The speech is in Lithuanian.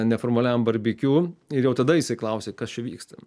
neformaliam barbekiu ir jau tada jisai klausė kas čia vyksta